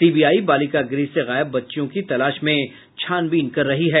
CBI बालिका गृह से गायब बच्चियों की तलाश में छानबीन कर रही है